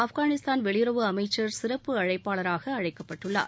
ஆப்கானிஸ்தான் வெளியுறவு அமைச்சர் சிறப்பு அழைப்பாளராக அழைக்கப்பட்டுள்ளார்